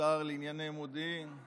השר לענייני מודיעין,